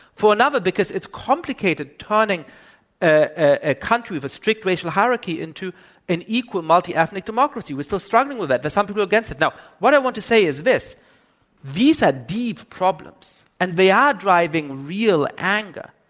for another because it's complicated, turning a country's with a strict racial hierarchy into an equal multi-ethnic democracy. we're still struggling with that. there's some people against it. now, what i want to say is this these are deep problems and they are driving real anger.